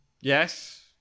Yes